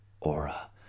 Aura